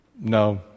No